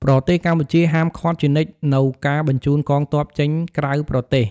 ប្រទេសកម្ពុជា ហាមឃាត់ជានិច្ចនូវការបញ្ជូនកងទ័ពចេញក្រៅប្រទេស។